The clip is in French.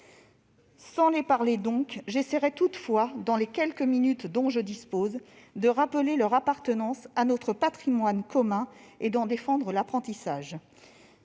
Sans les parler donc, j'essaierais toutefois, dans les quelques minutes dont je dispose, de rappeler leur appartenance à notre patrimoine commun et d'en défendre l'apprentissage,